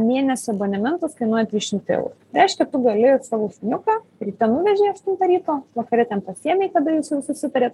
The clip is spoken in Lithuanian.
mėnesio abonementas kainuoja trys šimtai eurų reiškia tu gali savo šuniuką ryte nuvežei aštuntą ryto vakare ten pasiėmei kada jau jūs susitarėt